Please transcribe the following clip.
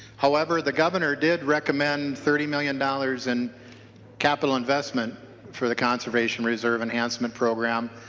however the governor did recommend thirty million dollars in capital investment for the conservation reserve enhancement program.